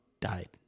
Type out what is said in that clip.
died